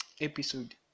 episode